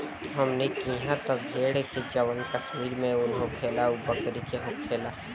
हमनी किहा त भेड़ के उन ना होखेला लेकिन जवन कश्मीर में उन होखेला उ बकरी के होखेला